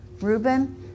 Reuben